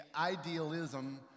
idealism